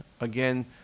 again